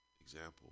example